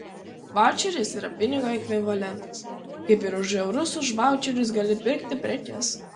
vaučeris yra pinigo ekvivalentas kaip ir už eurus už vaučerius gali pirkti prekes